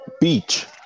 Beach